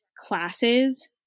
classes